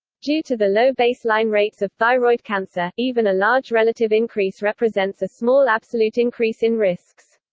due to the low baseline rates of thyroid cancer, even a large relative increase represents a small absolute increase in risks.